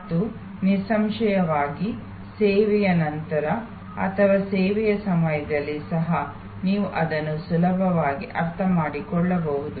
ಮತ್ತು ನಿಸ್ಸಂಶಯವಾಗಿ ಸೇವೆಯ ನಂತರ ಅಥವಾ ಸೇವೆಯ ಸಮಯದಲ್ಲಿ ಸಹ ನೀವು ಅದನ್ನು ಸುಲಭವಾಗಿ ಅರ್ಥಮಾಡಿಕೊಳ್ಳಬಹುದು